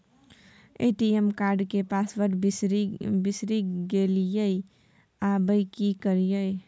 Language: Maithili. ए.टी.एम कार्ड के पासवर्ड बिसरि गेलियै आबय की करियै?